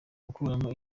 gukuramo